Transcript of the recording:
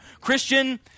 Christian